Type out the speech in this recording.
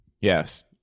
yes